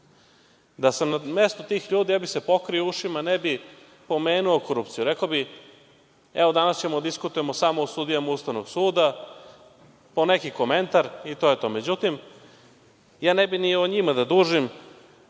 Da sam na mestu tih ljudi, pokrio bih se ušima, ne bih pomenuo korupciju. Rakao bih, - evo, danas ćemo diskutujemo samo o sudijama Ustavnog suda, po neki komentar, i to je to, međutim, ja ne bih ni o njima da dužim,